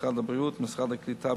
משרד הבריאות ומשרד הקליטה,